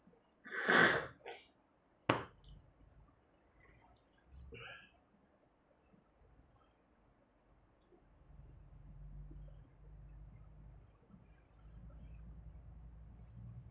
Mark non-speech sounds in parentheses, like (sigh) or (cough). (noise)